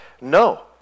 no